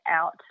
out